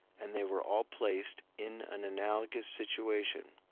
and they were all placed in an analogous situation.